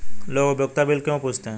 लोग उपयोगिता बिल क्यों पूछते हैं?